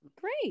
Great